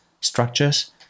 structures